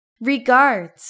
Regards